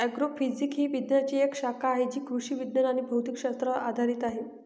agrophysics ही विज्ञानाची एक शाखा आहे जी कृषी विज्ञान आणि भौतिक शास्त्रावर आधारित आहे